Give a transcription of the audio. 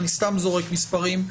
אני סתם זורק מספרים,